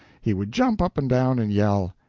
he would jump up and down and yell.